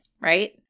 right